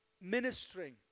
ministering